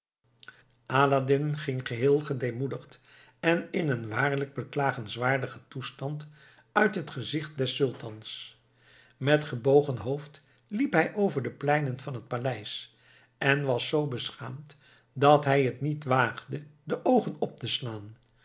aladdin ging geheel gedeemoedigd en in een waarlijk beklagenswaardigen toestand uit het gezicht des sultans met gebogen hoofd liep hij over de pleinen van het paleis en was zoo beschaamd dat hij het niet waagde de oogen op te slaan